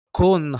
con